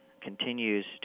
continues